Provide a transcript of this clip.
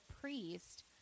priest